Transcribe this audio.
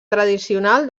tradicional